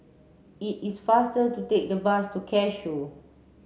it is faster to take the bus to Cashew